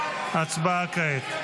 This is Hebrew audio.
הצבעה כעת.